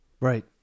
Right